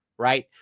right